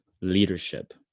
leadership